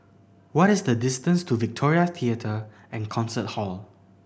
what is the distance to Victoria Theatre and Concert Hall